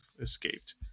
escaped